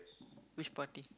which party